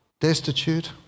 destitute